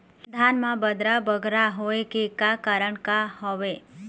धान म बदरा बगरा होय के का कारण का हवए?